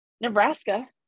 Nebraska